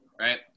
right